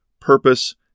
purpose